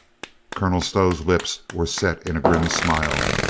colonel stow's lips were set in a grim smile.